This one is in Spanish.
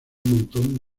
montón